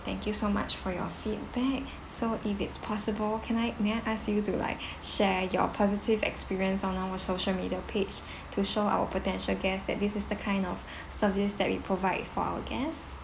thank you so much for your feedback so if it's possible can I may I ask you to like share your positive experience on our social media page to show our potential guest that this is the kind of service that we provide for our guests